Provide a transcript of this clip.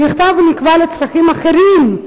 שנכתב מכבר לצרכים אחרים,